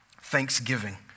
thanksgiving